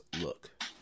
look